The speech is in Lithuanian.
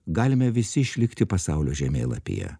galime visi išlikti pasaulio žemėlapyje